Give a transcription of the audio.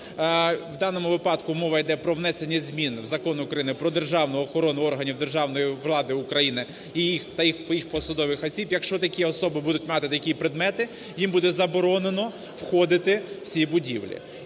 в даному випадку мова йде про внесення змін в Закон України "Про державну охорону органів державної влади України та посадових осіб", якщо такі особи будуть мати такі предмети, їм буде заборонено входити в ці будівлі.